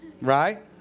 Right